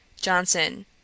Johnson